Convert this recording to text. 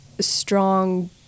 strong